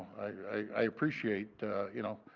i appreciate you know,